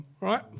right